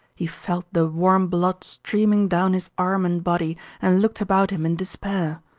he felt the warm blood streaming down his arm and body and looked about him in despair.